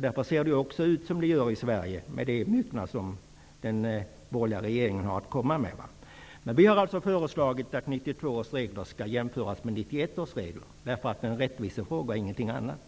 Därför ser det nu ut som det gör i Sverige, med det myckna som den borgerliga regeringen har att komma med. Vi har alltså föreslagit att 1992 års regler skall jämföras med 1991 års regler. Det är en rättvisefråga, ingenting annat.